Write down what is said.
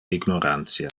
ignorantia